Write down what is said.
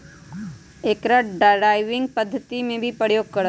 अकरा ड्राइविंग पद्धति में भी प्रयोग करा हई